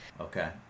Okay